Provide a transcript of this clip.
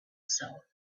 soul